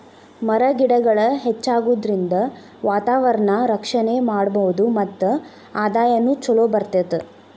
ಮರ ಗಿಡಗಳ ಹೆಚ್ಚಾಗುದರಿಂದ ವಾತಾವರಣಾನ ರಕ್ಷಣೆ ಮಾಡಬಹುದು ಮತ್ತ ಆದಾಯಾನು ಚುಲೊ ಬರತತಿ